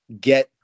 get